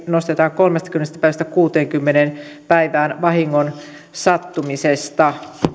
nostetaan kolmestakymmenestä päivästä kuuteenkymmeneen päivään vahingon sattumisesta